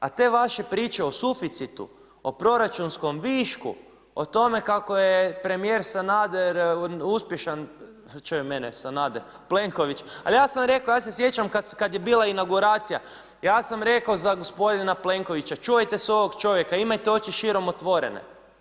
A te vaše priče o suficitu, o proračunskom višku, o tome kako je premijer Sanader uspješan, čuj mene Sanader, Plenković, ali ja sam rekao, ja se sjećam kada je bila inauguracija, ja sam rekao za gospodina Pelnkovića, čuvajte se ovog čovjeka, imajte oči širom otvorene.